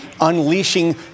unleashing